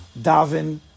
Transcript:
Davin